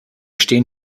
stehen